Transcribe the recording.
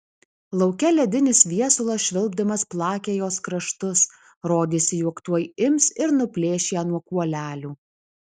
lauke ledinis viesulas švilpdamas plakė jos kraštus rodėsi jog tuoj ims ir nuplėš ją nuo kuolelių